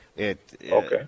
Okay